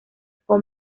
con